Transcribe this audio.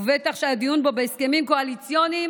ובטח שהדיון בו בהסכמים קואליציוניים